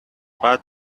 but